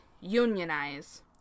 unionize